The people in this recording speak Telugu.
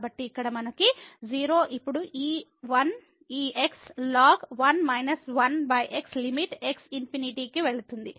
కాబట్టి ఇక్కడ మనకు 0 ఇప్పుడు ఈ 1 ఈ x ln లిమిట్ x ∞ కి వెళుతుంది